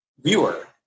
viewer